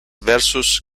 versus